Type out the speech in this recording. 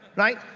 right?